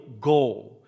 goal